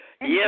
Yes